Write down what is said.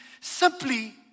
simply